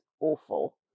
awful